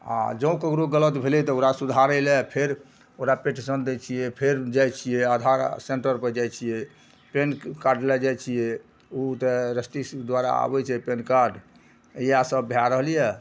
आओर जँ ककरो गलत भेलय तऽ ओकरा सुधारय लए फेर ओकरा पेटिशन दै छियै फेर जाइ छियै आधार सेन्टरपर जाइ छियै पेनकार्ड लए जाइ छियै उ त रेस्टीस द्वारा अबय छै पेनकार्ड इएह सभ भए रहल यऽ